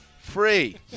free